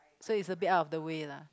so it's a bit out of the way lah